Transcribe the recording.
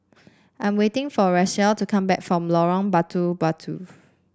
I'm waiting for Rachelle to come back from Lorong Batu Batu